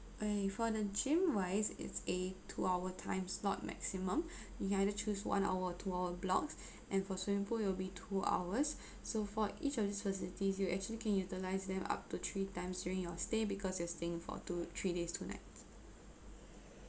and for the gym wise it's a two hour time slot maximum you can either choose one hour or two hour blocks and for swimming pool it will be two hours so for each of these facilities you actually can utilise them up to three times during your stay because you are staying for two three days two nights